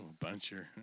buncher